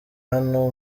hano